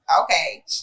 Okay